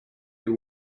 you